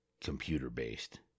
computer-based